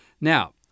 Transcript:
Now